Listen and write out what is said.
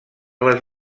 les